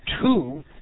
two